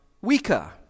weaker